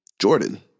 Jordan